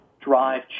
drive